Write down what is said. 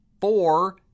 four